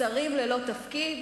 שרים ללא תפקיד?